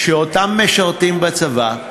שאותם משרתים בצבא,